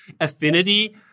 affinity